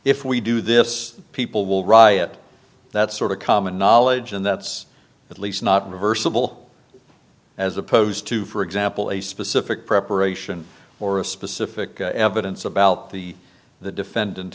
if we do this people will riot that sort of common knowledge and that's at least not reversible as opposed to for example a specific preparation or a specific evidence about the the defendant